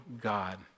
God